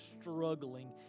struggling